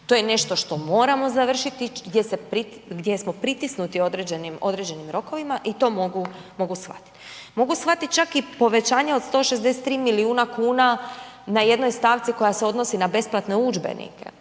to je nešto što moramo završiti, gdje smo pritisnuti određenim, određenim rokovima i to mogu, mogu shvatit. Mogu shvatit čak i povećanje od 163 milijuna kuna na jednoj stavci koja se odnosi na besplatne udžbenike,